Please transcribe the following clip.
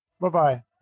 Bye-bye